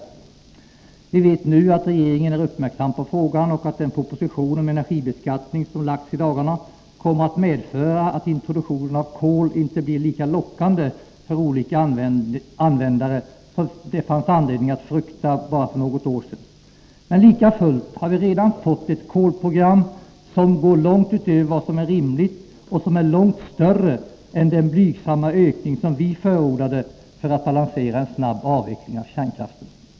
Vi vet ju nu att regeringen är uppmärksam på frågan och att den proposition om energibeskattning som lagts fram i dagarna kommer att medföra att introduktionen av kol inte blir lika lockande för olika användare som det fanns anledning att frukta bara för något år sedan. Men likafullt har vi redan fått ett kolprogram, som går långt utöver vad som är rimligt och som är långt större än den blygsamma ökning som vi förordade för att balansera en snabb avveckling av kärnkraften.